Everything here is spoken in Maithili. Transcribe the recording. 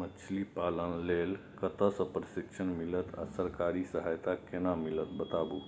मछलीपालन लेल कतय स प्रशिक्षण मिलत आ सरकारी सहायता केना मिलत बताबू?